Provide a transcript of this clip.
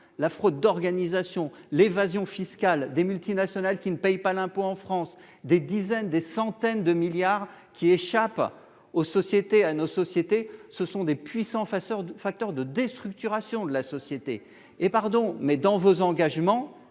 la fraude d'organisation l'évasion fiscale des multinationales qui ne payent pas l'impôt en France des dizaines, des centaines de milliards qui échappent aux sociétés à nos sociétés, ce sont des puissants Fasseur de facteur de déstructuration de la société et pardon mais dans vos engagements,